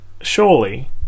surely